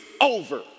over